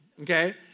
okay